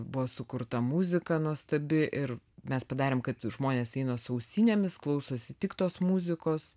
buvo sukurta muzika nuostabi ir mes padarėm kad žmonės eina su ausinėmis klausosi tik tos muzikos